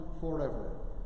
forever